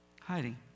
Hiding